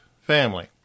family